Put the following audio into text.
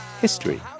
history